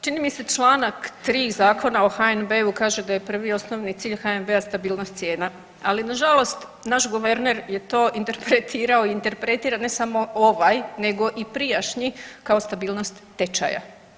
Čini mi se čl. 3. Zakona o HNB-u kaže da je prvi i osnovni cilj HNB-a stabilnost cijena, ali nažalost naš guverner je to interpretirao i interpretira ne samo ovaj nego i prijašnji kao stabilnost tečaja.